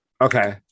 okay